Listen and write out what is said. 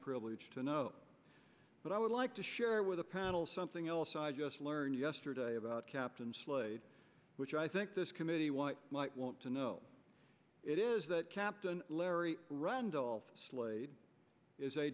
privilege to know but i would like to share with the panel something else i just learned yesterday about captain slade which i think this committee want might want to know it is that captain larry randolph slade is a